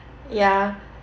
ya